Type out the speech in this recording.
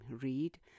read